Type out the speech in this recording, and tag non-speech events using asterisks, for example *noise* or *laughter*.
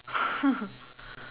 *laughs*